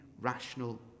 rational